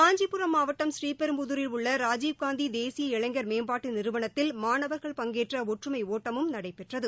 காஞ்சிபுரம் மாவட்டம் ஸ்ரீபெரும்புதுரில் உள்ள ராஜீவ்காந்தி தேசிய இளைஞர் மேம்பாட்டு நிறுவனத்தில் மாணவர்கள் பங்கேற்ற ஒற்றுமை ஒட்டமும் நடைபெற்றது